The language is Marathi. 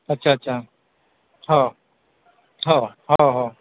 अच्छा अच्छा हो हो हो हो